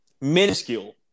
minuscule